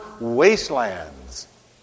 wastelands